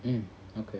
mm okay